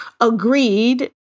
agreed